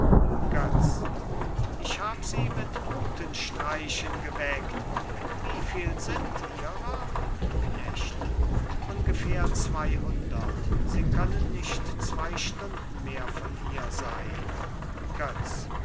götz ich hab sie mit rutenstreichen geweckt wieviel sind ihrer knecht ungefähr zweihundert sie können nicht zwei stunden mehr von hier sein götz